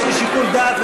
יש לי שיקול דעת,